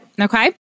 Okay